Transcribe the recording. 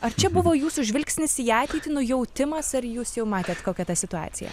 ar čia buvo jūsų žvilgsnis į ateitį nujautimas ar jūs jau matėt kokia ta situacija